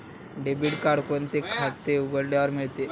Debit card कोणते खाते उघडल्यानंतर मिळते?